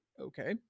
okay